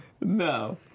No